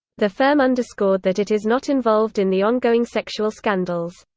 the firm underscored that it is not involved in the ongoing sexual scandals.